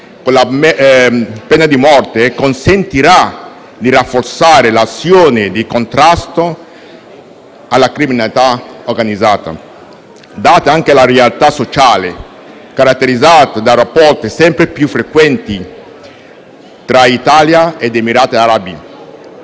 con la pena di morte, consentirà di rafforzare l'azione di contrasto alla criminalità organizzata, data anche la realtà sociale, caratterizzata da rapporti sempre più frequenti tra Italia ed Emirati Arabi